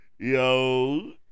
Yo